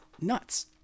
nuts